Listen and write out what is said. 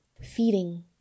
feeding